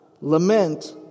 lament